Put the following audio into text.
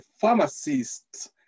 pharmacists